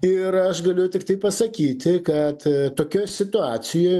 ir aš galiu tiktai pasakyti kad tokioj situacijoj